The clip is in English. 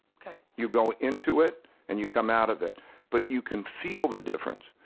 okay. you go into it and you come out of it but you can feel the difference.